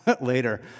later